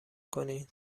کنین